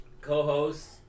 Co-host